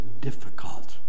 difficult